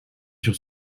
sur